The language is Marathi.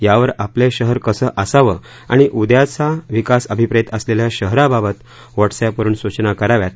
यावर आपले शहर कसं असावं आणि उद्याच्या विकास अभिप्रेत असलेल्या शहराबाबत व्हाट्सअपवरून सूचना कराव्यात